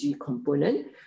component